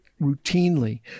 routinely